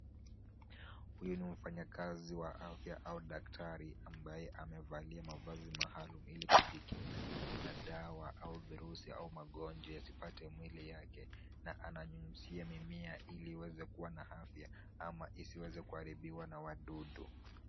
Huyu ni mfanyakazi wa afya au daktari ambaye amevalia mavazi maalum ili kujikinga na dawa au virusi au magonjwa yasipate mwili yake na ananyunyizia mimea ili iweze kua na afya ama isiweze kuharibiwa na wadudu.